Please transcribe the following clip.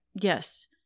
Yes